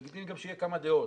לגיטימי גם שיהיו כמה דעות,